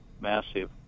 massive